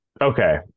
Okay